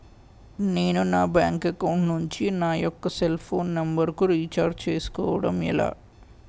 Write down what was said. నేను నా bank account నుంచి నా యెక్క సెల్ ఫోన్ నంబర్ కు రీఛార్జ్ చేసుకోవడం ఎలా?